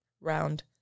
round